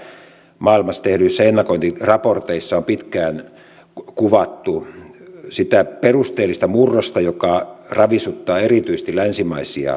erilaisissa maailmassa tehdyissä ennakointiraporteissa on pitkään kuvattu sitä perusteellista murrosta joka ravisuttaa erityisesti länsimaisia yhteiskuntia